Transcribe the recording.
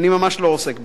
אני ממש לא עוסק בזה.